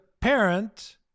parent